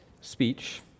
speech